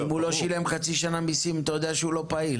אם הוא לא שילם מיסים במשך חצי שנה אתה יודע שהוא לא פעיל.